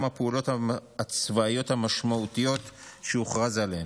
הפעולות הצבאיות המשמעותיות שהוכרז עליהן.